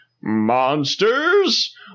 monsters